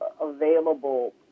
available